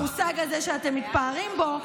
המושג הזה שאתם מתפארים בו,